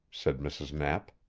said mrs. knapp.